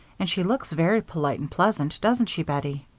and she looks very polite and pleasant, doesn't she, bettie?